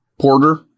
Porter